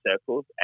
circles